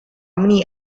many